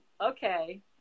okay